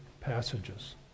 passages